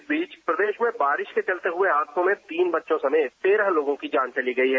इस बीच प्रदेश में बारिश के चलते हुए हादसों में तीन बच्चों समेत तेरह लोगों की जान चली गई है